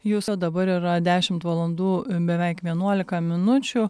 jūs o dabar yra dešimt valandų beveik vienuolika minučių